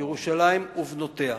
ירושלים ובנותיה.